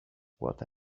what